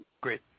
Great